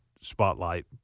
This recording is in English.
spotlight